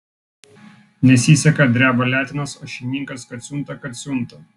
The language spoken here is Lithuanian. nesiseka dreba letenos o šeimininkas kad siunta kad siunta